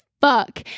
fuck